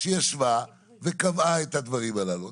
שישבה וקבעה את הדברים הללו.